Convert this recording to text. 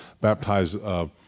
baptize